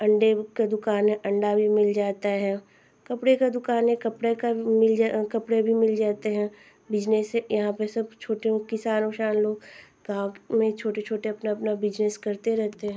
अंडे का दुकान है अंडा भी मिल जाता है कपड़े का दुकान है कपड़े का भी मिल कपड़े भी मिल जाते हैं बिजनेश यहाँ पर सब छोटे किसान उसान लोग गाँव में छोटे छोटे अपना अपना बिजनेस करते रहते हैं